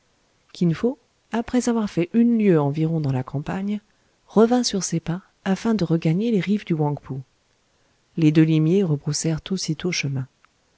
après avoir fait une lieue environ dans la campagne revint sur ses pas afin de regagner les rives du houang pou les deux limiers rebroussèrent aussitôt chemin